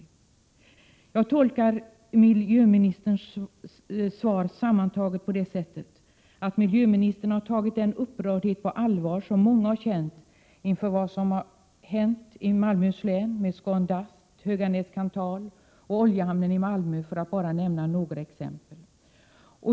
i - Jag tolkar miljöministerns svar sammantaget på det sättet, att miljöministern har tagit på allvar den upprördhet som många har känt inför vad som har hänt i Malmöhus län, med Scan-Dust, Höganäs-Kanthal och oljehamnen i ' Malmö, för att bara nämna några exempel.